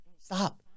stop